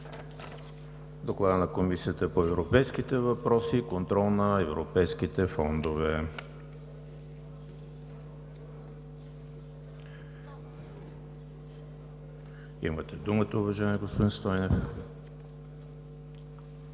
Докладът на Комисията по европейските въпроси и контрол на европейските фондове. Имате думата, уважаеми господин Стойнев.